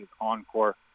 Encore